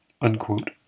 unquote